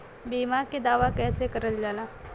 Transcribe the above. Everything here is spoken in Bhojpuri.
बीमा के दावा कैसे करल जाला?